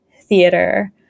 Theater